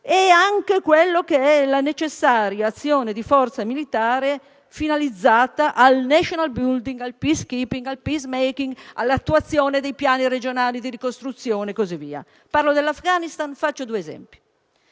e anche la necessaria azione di forza militare finalizzata al *national building*, al *peacekeeping*, al *peacemaking,* all'attuazione dei piani regionali di ricostruzione e così via. Parlo dell'Afghanistan, e faccio due esempi.